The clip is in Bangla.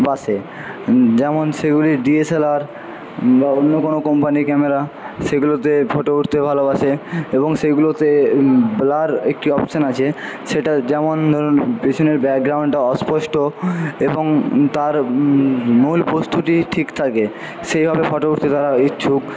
বাসে যেমন সেগুলি ডিএসএলআর বা অন্য কোনো কোম্পানির ক্যামেরা সেগুলোতে ফটো উঠতে ভালোবাসে এবং সেগুলোতে ব্লার একটি অপশন আছে সেটা যেমন ধরুন পেছনের ব্যাকগ্রাউন্ডটা অস্পষ্ট এবং তার মূল বস্তুটি ঠিক থাকে সেইভাবে ফটো উঠতে তারা ইচ্ছুক